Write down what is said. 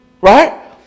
right